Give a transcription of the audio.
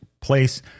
place